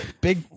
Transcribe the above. big